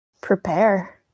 prepare